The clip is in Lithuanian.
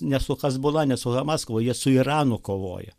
ne su hezbolah ne su hamas kovoja jie su iranu kovoja